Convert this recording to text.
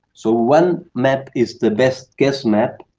so one map is the best guess map,